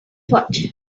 foot